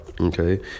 okay